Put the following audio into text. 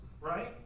right